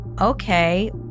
okay